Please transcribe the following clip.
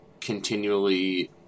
continually